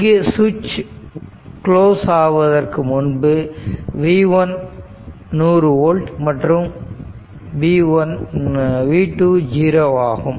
இங்கு சுவிட்ச் குளோஸ் ஆவதற்கு முன்பு v1 100 V மற்றும் v1 0 ஆகும்